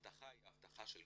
האבטחה היא של GOV.IL,